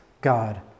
God